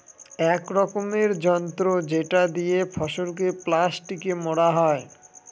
এক রকমের যন্ত্র যেটা দিয়ে ফসলকে প্লাস্টিকে মোড়া হয়